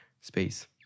space